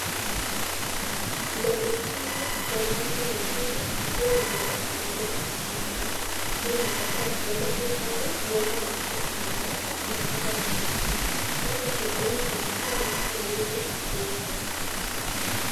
Lori hili kwa rangi nyekundu ikiwa inabeba gari yake nyuma hii inaweza kuwa hii gari uenda ni kutengeneza ama inatoka nchi ingine, pale sokoni kwa magari hili aweze kuuza.